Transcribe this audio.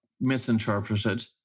misinterpreted